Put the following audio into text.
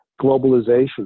globalization